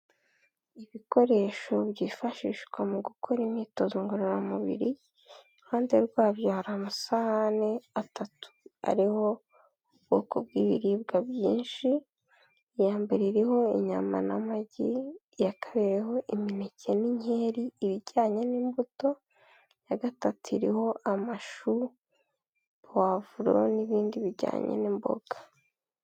Ibikoresho byifashishwa mu gukora imyitozo ngororamubiri, iruhande rwabyo hari amasahani atatu ariho ubwoko bw'ibiribwa byinshi, iya mbere iriho inyama n'amagi, iya kabiri iriho imineke n'inkeri ibijyanye n'imbuto, iya gatatu iririho amashu, puwavuro n'ibindi bijyanye n'imboga.